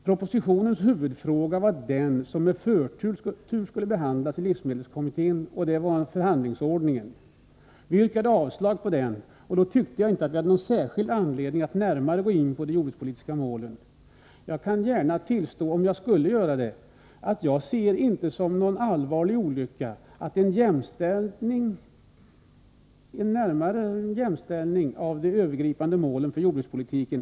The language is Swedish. Propositionens huvudfråga var den som med förtur skulle behandlas i livsmedelskommittén, nämligen förhandlingsordningen. Vi yrkade avslag på den, och då tyckte jag inte att jag hade någon särskild anledning att närmare gå in på de jordbrukspolitiska målen. Om jag skulle göra det, kan jag gärna tillstå att jag inte ser det som någon allvarlig olycka med en närmare jämställning av de övergripande målen för jordbrukspolitiken.